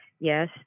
Yes